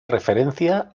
referencia